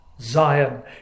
zion